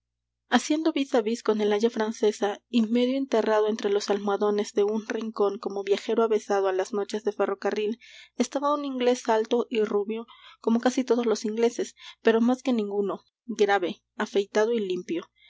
haciendo vis vis con el aya francesa y medio enterrado entre los almohadones de un rincón como viajero avezado á las noches de ferrocarril estaba un inglés alto y rubio como casi todos los ingleses pero más que ninguno grave afeitado y limpio